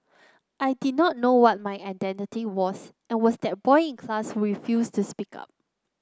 I did not know what my identity was and was that boy in class we refused to speak up